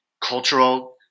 cultural